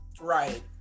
Right